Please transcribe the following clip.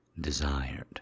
Desired